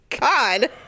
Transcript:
God